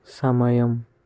సమయం